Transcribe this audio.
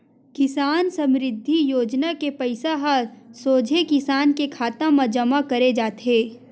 किसान समरिद्धि योजना के पइसा ह सोझे किसान के खाता म जमा करे जाथे